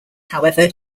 however